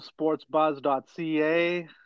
sportsbuzz.ca